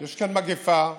יש כאן מגפה עולמית,